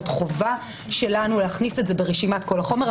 חובה שלנו להכניס את זה ברשימת כל החומר.